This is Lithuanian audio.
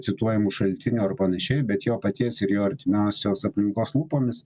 cituojamų šaltinių ar panašiai bet jo paties ir jo artimiausios aplinkos lūpomis